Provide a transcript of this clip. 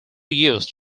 used